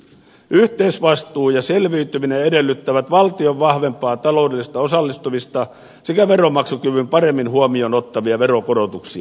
yhteisvastuu ja selviytyminen edellyttävät valtion vahvempaa taloudellista osallistumista sekä veronmaksukyvyn paremmin huomioon ottavia veronkorotuksia